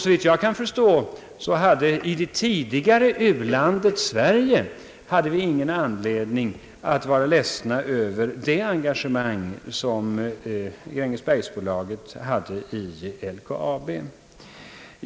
Såvitt jag kan förstå hade vi i det tidigare u-landet Sverige ingen anledning att vara ledsna över det engagemang som Grängesbergsbolaget hade i LKAB.